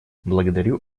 благодарю